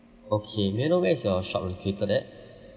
okay may I know where is your shop located at